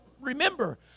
remember